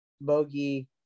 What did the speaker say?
Bogey